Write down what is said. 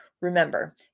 Remember